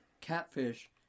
catfish